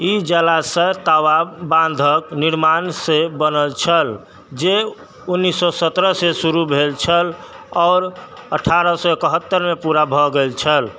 ई जलाशय तवा बांधक निर्माण से बनल छल जे उन्नैस सए सतरह से शुरू भेल छल आओर अठारह सए एकहत्तर मे पूरा भए गेल छल